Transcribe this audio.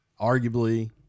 arguably